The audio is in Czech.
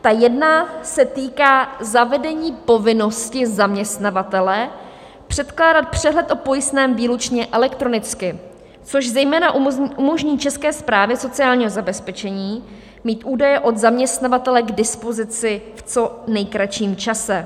Ta jedna se týká zavedení povinnosti zaměstnavatele předkládat přehled o pojistném výlučně elektronicky, což zejména umožní České správě sociálního zabezpečení mít údaje od zaměstnavatele k dispozici v co nejkratším čase.